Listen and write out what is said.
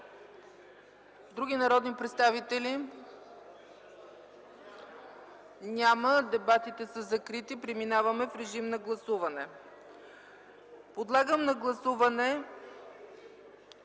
Други народни представители? Няма. Дебатите са закрити. Преминаваме към гласуване. Подлагам на гласуване